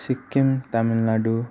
Sikkim Tamil Nadu